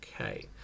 Okay